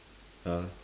!huh!